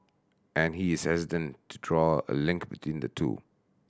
and he is hesitant to draw a link between the two